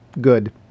good